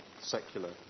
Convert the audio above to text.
secular